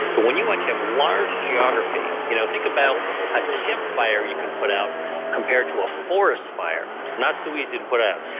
but when you actually have large geography, you know think about a campfire you can put out compared to a forest fire, not so easy to put out.